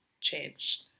changed